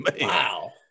wow